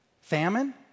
Famine